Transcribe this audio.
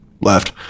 left